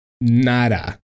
Nada